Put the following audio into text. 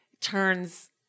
turns